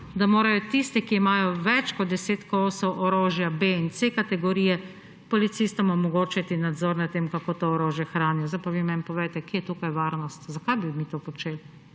da morajo tisti, ki imajo več kot 10 kosov orožja B in C kategorije, policistom omogočiti nadzor nad tem, kako to orožje hranijo. Zdaj pa vi meni povejte, kje je tukaj varnost? Zakaj bi mi to počeli?